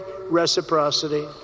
reciprocity